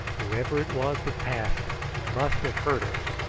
whoever it was that passed must have heard us,